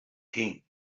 king